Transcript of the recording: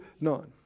none